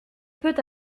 peut